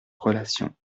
relation